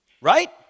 Right